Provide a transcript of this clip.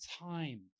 time